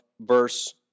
verse